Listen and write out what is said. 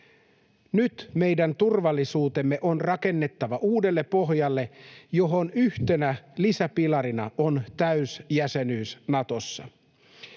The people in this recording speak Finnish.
Nyt meidän turvallisuutemme on rakennettava uudelle pohjalle, johon yhtenä lisäpilarina on täysjäsenyys Natossa.